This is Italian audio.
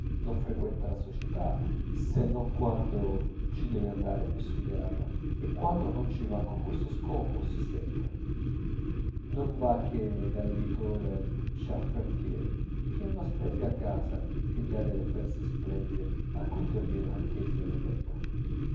non frequenta la società se non quando ci deve andare per studiarla e quando non ci va con questo scopo si secca non va che dall'editore charpentier che ha una splendida casa e dà delle feste splendide a cui interviene anche il gambetta